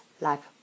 life